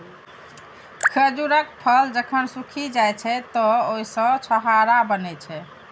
खजूरक फल जखन सूखि जाइ छै, तं ओइ सं छोहाड़ा बनै छै